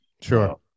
Sure